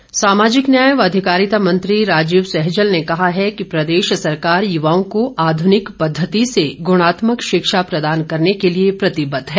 सहजल सामाजिक न्याय व अधिकारिता मंत्री राजीव सहजल ने कहा है कि प्रदेश सरकार युवाओं को आधुनिक पद्धति से गुणात्मक शिक्षा प्रदान करने के लिए प्रतिबद्ध है